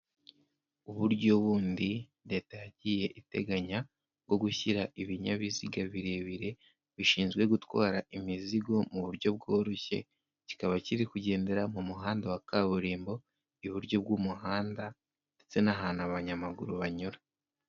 Uburyo bundi Leta yagiye iteganya bwo gushyira ibinyabiziga birebire bishinzwe gutwara imizigo mu buryo bworoshye, kikaba kiri kugendera mu muhanda wa kaburimbo iburyo bw'umuhanda ndetse n'ahantu abanyamaguru banyura.